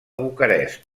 bucarest